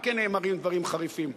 גם כן נאמרים דברים חריפים.